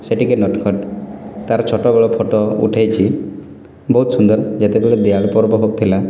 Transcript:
ସେ ଟିକିଏ ନଟ୍ଖଟ୍ ତା'ର ଛୋଟବେଳ ଫଟୋ ଉଠେଇଛି ବହୁତ ସୁନ୍ଦର ଯେତେବେଳେ ପର୍ବ ହେଉଥିଲା